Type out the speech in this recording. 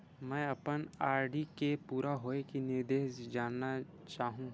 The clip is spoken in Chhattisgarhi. मैं अपन आर.डी के पूरा होये के निर्देश जानना चाहहु